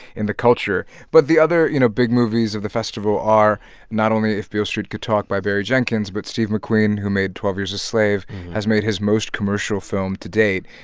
in the culture. but the other, you know, big movies of the festival are not only if beale street could talk by barry jenkins but steve mcqueen, who made twelve years a slave has made his most commercial film to date,